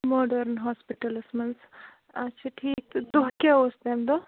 modern hospitals منٛز اَچھا ٹھیٖک تہٕ دۄہ کیٛاہ اوس تَمہِ دۄہ